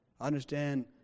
Understand